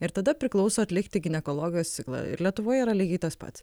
ir tada priklauso atlikti ginekologijos ciklą ir lietuvoje yra lygiai tas pats